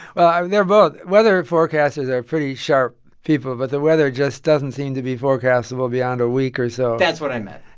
well, they're both weather forecasters are pretty sharp people, but the weather just doesn't seem to be forecast well beyond a week or so that's what i meant